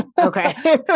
Okay